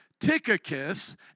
Tychicus